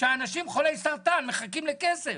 כשאנשים חולי סרטן מחכים לכסף,